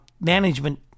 management